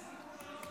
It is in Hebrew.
היה סיכום שלא